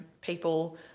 people